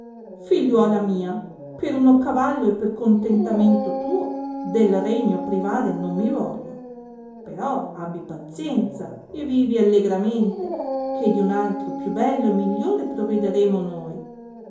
figliuola mia per uno cavallo e per contentamento tuo del regno privare non mi voglio però abbi pazienza e vivi allegramente che di uno altro più bello e migliore provederemo noi